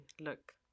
look